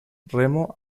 remo